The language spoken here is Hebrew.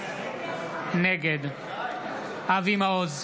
נגד אבי מעוז,